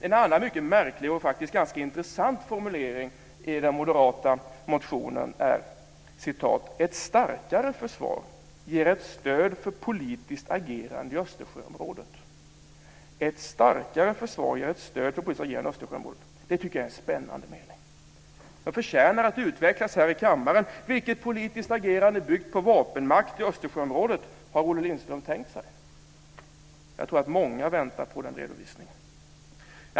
En annan mycket märklig och faktiskt ganska intressant formulering i den moderata motionen är "ett starkare försvar ger ett stöd för politiska agerande i Östersjöområdet." Det tycker jag är en spännande mening. Den förtjänar att utvecklas här i kammaren. Vilket politiska agerande byggt på vapenmakt i Östersjöområdet har Olle Lindström tänkt sig? Jag tror att många väntar på den redovisningen.